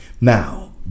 Now